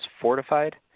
fortified